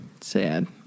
Sad